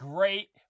Great